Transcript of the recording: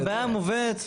הבעיה מובנת.